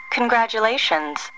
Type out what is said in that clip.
Congratulations